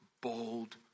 bold